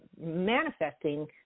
manifesting